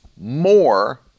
more